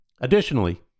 Additionally